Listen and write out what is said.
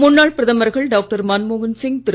முன்னாள் பிரதமர்கள் டாக்டர் மன்மோகன் சிங் திரு